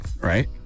right